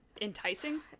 enticing